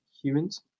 humans